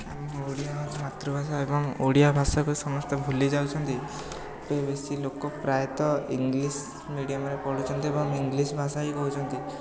ଆମ ଓଡ଼ିଆ ହେଉଛି ଭାଷା ମାତୃଭାଷା ଏବଂ ଓଡ଼ିଆ ଭାଷାକୁ ସମସ୍ତେ ଭୁଲି ଯାଉଛନ୍ତି ଏବେ ବେଶୀ ଲୋକ ପ୍ରାୟତଃ ଇଂଲିଶ ମିଡ଼ିୟମରେ ପଢ଼ୁଛନ୍ତି ଏବଂ ଇଂଲିଶ ଭାଷା ହିଁ କହୁଛନ୍ତି